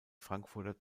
frankfurter